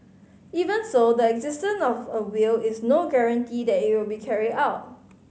even so the existence of a will is no guarantee that it will be carried out